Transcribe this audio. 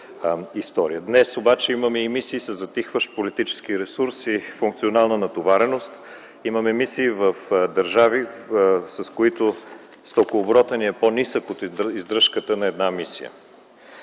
Днес обаче имаме и мисии със затихващ политически ресурс и функционална натовареност. Имаме мисии в държави, с които стокооборотът ни е по-нисък от издръжката на една мисия.